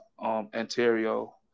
Ontario